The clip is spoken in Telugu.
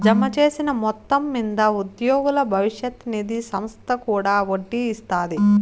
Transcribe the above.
జమచేసిన మొత్తం మింద ఉద్యోగుల బవిష్యత్ నిది సంస్త కూడా ఒడ్డీ ఇస్తాది